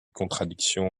contradiction